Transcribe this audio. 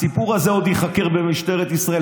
הסיפור הזה עוד ייחקר במשטרת ישראל.